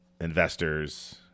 investors